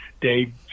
Dave